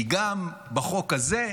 כי גם בחוק הזה,